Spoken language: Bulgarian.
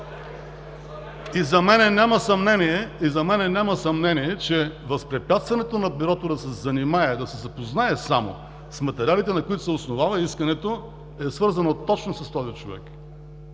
И за мен няма съмнение, че възпрепятстването на Бюрото да се занимае, да се запознае само с материалите, на които се основава искането, е свързано точно с този човек,